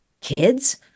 kids